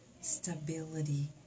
stability